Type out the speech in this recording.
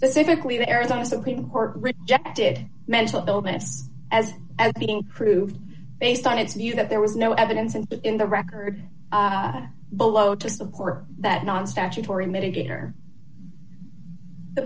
specifically the arizona supreme court rejected mental illness as at being proved based on its you that there was no evidence and in the record below to support that non statutory mitigator the